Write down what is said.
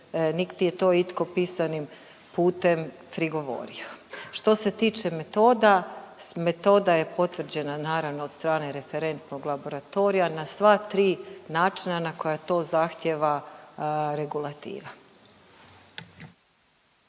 niti je to itko pisanim putem prigovorio. Što se tiče metoda, metoda je potvrđena naravno od strane referentnog laboratorija na sva tri načina na koja to zahtjeva regulativa.